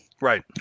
Right